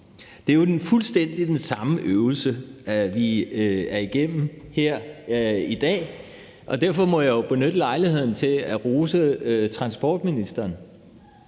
Det er jo fuldstændig den samme øvelse, vi er igennem her i dag, og derfor må jeg jo benytte lejligheden til at rose transportministeren.